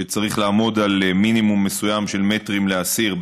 שצריך לעמוד על מינימום מסוים של מטרים לאסיר,